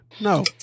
no